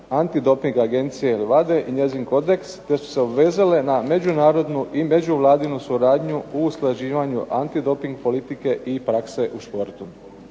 antidoping agencije i njezin kodeks te se obvezale na Međunarodnu i međuvladinu suradnju u usklađivanju antidoping politike i prakse u športu.